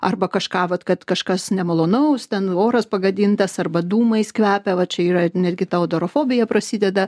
arba kažką vat kad kažkas nemalonaus ten oras pagadintas arba dūmais kvepia va čia yra netgi taudorofobija prasideda